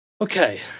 Okay